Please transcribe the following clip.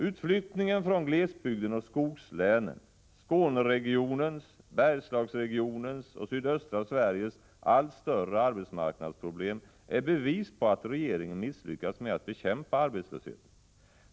Utflyttningen från glesbygden och skogslänen liksom Skåneregionens, Bergslagsregionens och sydöstra Sveriges allt större arbetsmarknadsproblem är bevis på att regeringen misslyckats med att bekämpa arbetslösheten.